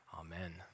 Amen